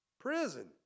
Prison